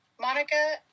Monica